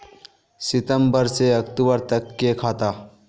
सितम्बर से अक्टूबर तक के खाता?